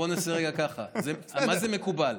בוא נעשה רגע ככה: מה זה מקובל?